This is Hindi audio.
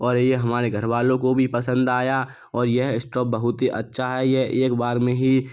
और ये हमारे घर वालों को भी पसंद आया और यह इस्टोव बहुत ही अच्छा है ये एक बार में ही